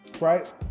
Right